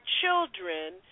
children